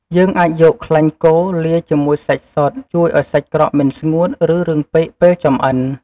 យើងអាចយក ខ្លាញ់គោលាយជាមួយសាច់សុទ្ធ ជួយឱ្យសាច់ក្រកមិនស្ងួត ឬរឹងពេកពេលចម្អិន។